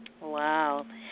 wow